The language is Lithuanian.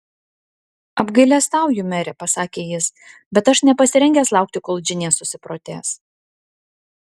apgailestauju mere pasakė jis bet aš nepasirengęs laukti kol džinė susiprotės